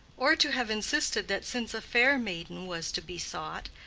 or to have insisted that since a fair maiden was to be sought,